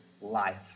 life